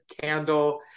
candle